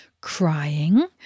crying